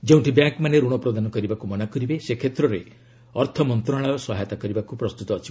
ଯେଉଁଠି ବ୍ୟାଙ୍କ୍ମାନେ ଋଣ ପ୍ରଦାନ କରିବାକୁ ମନା କରିବେ ସେ କ୍ଷେତ୍ରରେ ଅର୍ଥମନ୍ତ୍ରଣାଳୟ ସହାୟତା କରିବାକୁ ପ୍ରସ୍ତୁତ ଅଛି